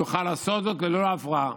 יוכל לעשות זאת ללא הפרעה.